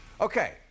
Okay